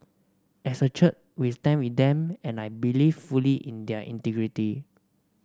as a church we stand with them and I believe fully in their integrity